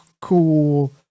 cool